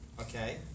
Okay